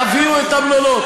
תביאו את המלונות.